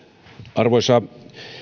arvoisa